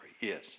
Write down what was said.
yes